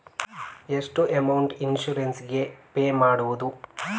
ಎಷ್ಟು amount insurance ಗೇ pay ಮಾಡುವುದು?